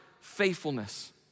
faithfulness